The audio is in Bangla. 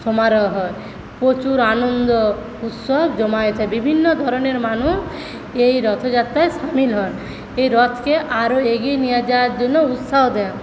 সমারোহ হয় প্রচুর আনন্দ উৎসব জমায়েতে বিভিন্ন ধরনের মানুষ এই রথযাত্রায় সামিল হয় এই রথকে আরও এগিয়ে নিয়ে যাওয়ার জন্য উৎসাহ দেওয়া হয়